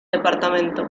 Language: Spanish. departamento